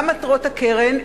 מה מטרות הקרן,